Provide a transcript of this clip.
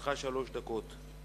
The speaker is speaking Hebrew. לרשותך שלוש דקות.